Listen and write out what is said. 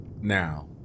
now